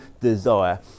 desire